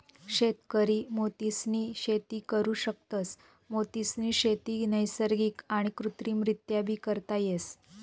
शेतकरी मोतीसनी शेती करु शकतस, मोतीसनी शेती नैसर्गिक आणि कृत्रिमरीत्याबी करता येस